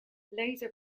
laser